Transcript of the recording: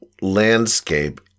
landscape